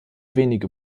wenige